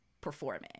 performing